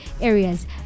areas